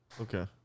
Okay